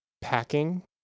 packing